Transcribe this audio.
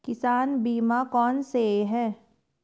किसान बीमा कौनसे हैं?